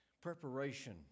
Preparation